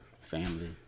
family